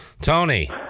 Tony